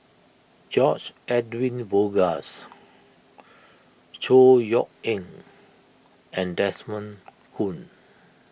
George Edwin Bogaars Chor Yeok Eng and Desmond Kon